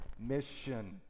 mission